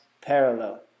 parallel